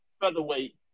featherweight